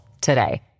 today